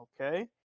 Okay